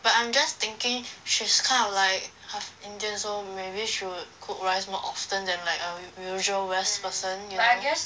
but I'm just thinking she's kind of like half indian so maybe should cook rice more often than like a usual west person you know